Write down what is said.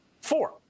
Four